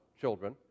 children